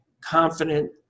confident